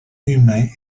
humain